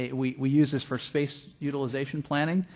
ah we we use this for space utilization planning.